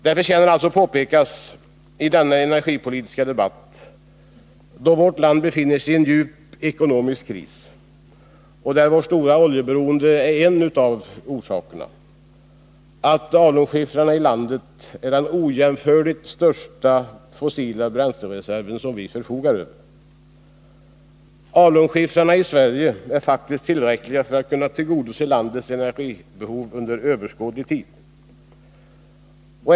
Det förtjänar alltså att påpekas i denna energipolitiska debatt, då vårt land befinner sig i djup ekonomisk kris och där vårt stora oljeberoende är en av orsakerna, att alunskiffrarna i landet är den ojämförligt största fossila bränslereserv som vi förfogar över. Tillgången på alunskiffrar i Sverige är faktiskt tillräcklig för att kunna tillgodose landets energibehov under överskådlig tid.